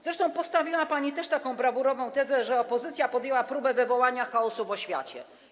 Zresztą postawiła pani też taką brawurową tezę, że opozycja podjęła próbę wywołania chaosu w oświacie.